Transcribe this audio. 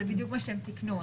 זה בדיוק מה שהם תיקנו.